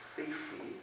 safety